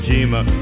Jima